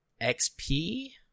XP